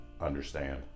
understand